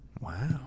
Wow